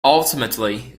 ultimately